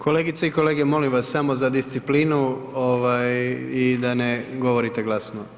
Kolegice i kolege molim vas samo za disciplinu i da ne govorite glasno.